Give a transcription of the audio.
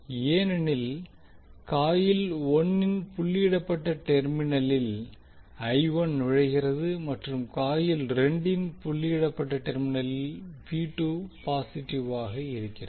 ஏனெனில் காயில் 1 இன் புள்ளியிடப்பட்ட டெர்மினலில் நுழைகிறது மற்றும் காயில் 2 இன் புள்ளியிடப்பட்ட டெர்மினலில் பாசிட்டிவாக இருக்கிறது